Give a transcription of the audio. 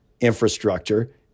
infrastructure